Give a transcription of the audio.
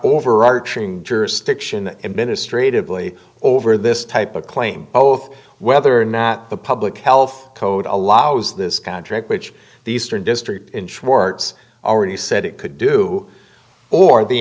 overarching jurisdiction administratively over this type of claim both whether or not the public health code allows this contract which the eastern district in schwartz already said it could do or the